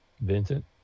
vincent